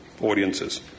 audiences